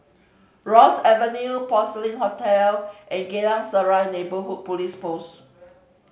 Ross Avenue Porcelain Hotel and Geylang Serai Neighbourhood Police Post